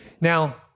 Now